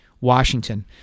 Washington